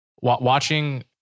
watching